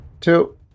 two